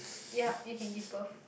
ya you can give birth